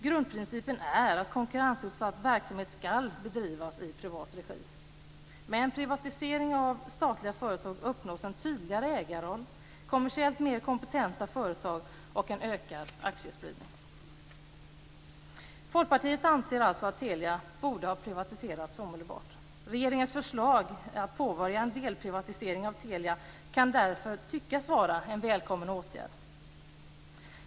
Grundprincipen är att konkurrensutsatt verksamhet skall bedrivas i privat regi. Med en privatisering av statliga företag uppnås en tydligare ägarroll, kommersiellt mer kompetenta företag och en ökad aktiespridning. Folkpartiet anser alltså att Telia borde ha privatiseras omedelbart. Regeringens förslag att påbörja en delprivatisering av Telia kan därför tyckas vara en välkommen åtgärd.